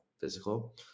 physical